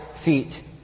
feet